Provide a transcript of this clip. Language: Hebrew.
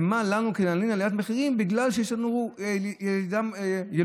מה לנו כי נלין על עליית מחירים בגלל שיש לנו ילודה מבורכת.